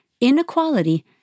inequality